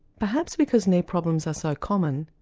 perhaps because knee problems are so common,